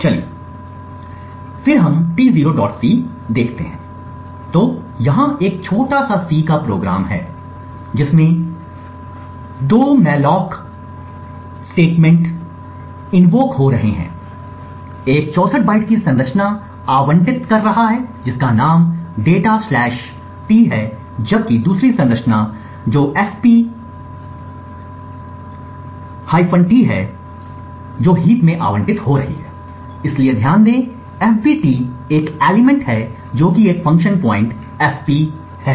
चलिए फिर हम T0c देखते हैं तो यहां एक छोटा सा सी का प्रोग्राम है जिसमें 2 मैंलॉक कथन इन्वोक हो रहे हैं एक 64 बाइट की संरचना आवंटित कर रहा है जिसका नाम data T है जबकि दूसरी संरचना जो fp T हैं जो हीप में आवंटित हो रही है इसलिए ध्यान दें FB T एक एलिमेंट है जो कि एक फंक्शन पॉइंट fp है